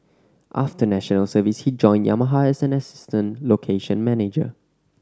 after National Service he joined Yamaha as an assistant location manager